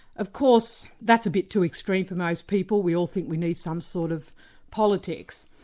of course, that's a bit too extreme for most people we all think we need some sort of politics.